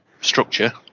structure